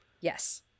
yes